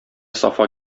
сафа